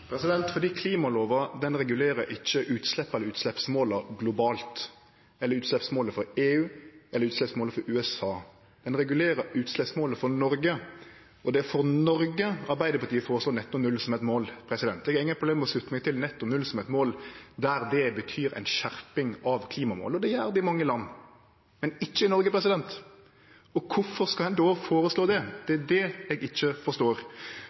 fordi klimalova ikkje regulerer utsleppa eller utsleppsmåla globalt eller utsleppsmålet for EU eller utsleppsmålet for USA. Ein regulerer utsleppsmålet for Noreg, og det er for Noreg Arbeidarpartiet føreslår netto null som eit mål. Eg har ingen problem med å slutte meg til netto null som eit mål der det betyr ei skjerping av klimamålet, og det gjer det i mange land, men ikkje i Noreg. Kvifor skal ein då føreslå det? Det er det eg ikkje forstår.